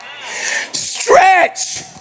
Stretch